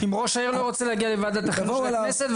אם ראש העיר לא רוצה להגיע לוועדת החינוך של הכנסת,